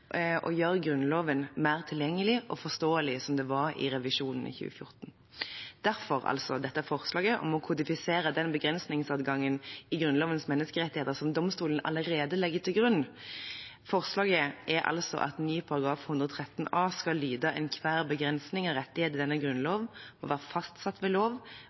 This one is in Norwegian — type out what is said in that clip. å gjøre Grunnloven mer tilgjengelig og forståelig, som det var i revisjonen i 2014. Derfor dette forslaget om å kodifisere den begrensningsadgangen i Grunnlovens menneskerettigheter som domstolen allerede legger til grunn. Forslaget er at ny § 113 a skal lyde: «Enhver begrensning av en rettighet i denne grunnlov må være fastsatt ved lov,